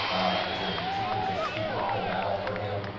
it's ah it's a steep uphill battle for him,